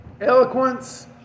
Eloquence